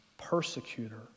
persecutor